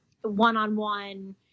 one-on-one